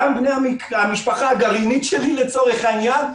גם מבני המשפחה הגרעינית שלי לצורך העניין,